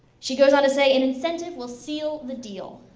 she goes on to say, and incentive will seal the deal.